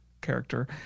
character